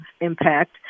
impact